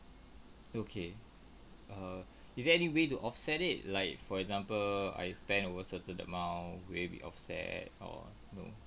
okay err is there any way to offset it like for example I spent over certain amount will it be offset or no